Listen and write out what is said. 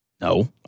No